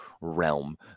realm